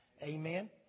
Amen